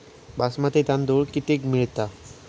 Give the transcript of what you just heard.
बासमती तांदूळ कितीक मिळता?